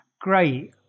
Great